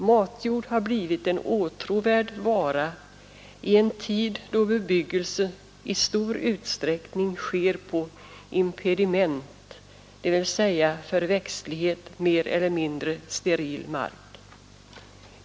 Matjord har blivit en åtråvärd vara i en tid då bebyggelse i stor utsträckning sker på impediment, d.v.s. för växtlighet mer eller mindre steril mark.